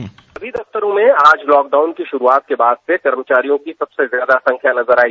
dispatch सभी दफ्तरों में आज लॉकडाउन की शुरूआत के बाद से कर्मचारियों की सबसे ज्यादा संख्या नजर आई